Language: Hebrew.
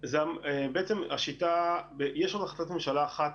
יש לנו החלטת ממשלה אחת,